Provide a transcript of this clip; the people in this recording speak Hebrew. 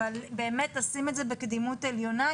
אבל באמת לשים את זה בקדימות עליונה,